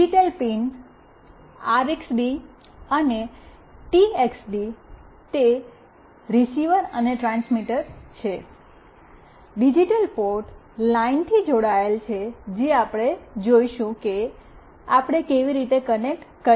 digital pin RXD અને TXD તે receiver અને ટ્રાન્સમીટર છે ડિજિટલ પોર્ટ લાઇનથી જોડાયેલા છે આપણે જોઈશું કે આપણે કેવી રીતે કનેક્ટ કર્યું છે